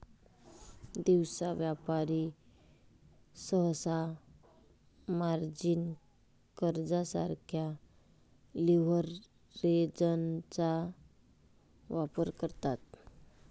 दिवसा व्यापारी सहसा मार्जिन कर्जासारख्या लीव्हरेजचा वापर करतात